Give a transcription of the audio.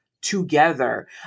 Together